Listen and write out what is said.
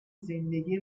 زندگی